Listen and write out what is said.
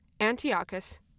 Antiochus